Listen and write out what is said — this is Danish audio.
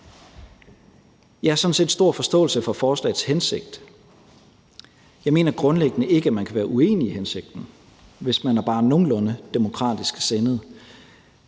set stort forståelse for forslagets hensigt. Jeg mener grundlæggende ikke, at man kan være uenig i hensigten, hvis man er bare nogenlunde demokratisk sindet,